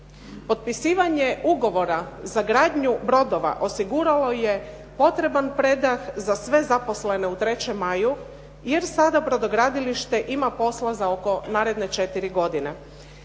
Potpisivanje ugovora za gradnju brodova osiguralo je potreban predah za sve zaposlene u "3. maju" jer sada brodogradilište ima posla za oko naredne 4 godine.